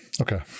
Okay